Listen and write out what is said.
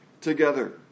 together